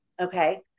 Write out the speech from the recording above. okay